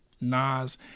Nas